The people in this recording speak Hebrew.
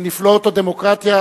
מנפלאות הדמוקרטיה,